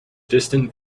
distant